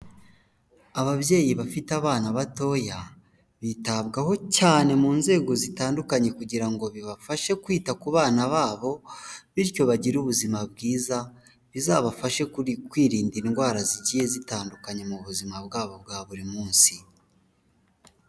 Ababyeyi bafite abana batoya bitabwaho cyane mu nzego zitandukanye, kugira ngo bibafashe kwita ku bana babo bityo bagire ubuzima bwiza, bizabafashe kwirinda indwara zigiye zitandukanye mu buzima bwabo bwa buri munsi.